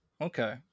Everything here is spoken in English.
okay